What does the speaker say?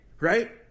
Right